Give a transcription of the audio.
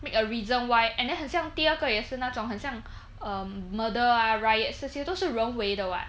make a reason why and then 很像第二个也是那种很像 um murder ah riots 这些都是人为的 [what]